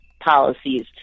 policies